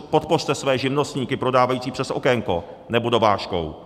Podpořte své živnostníky prodávající přes okénko nebo dovážkou.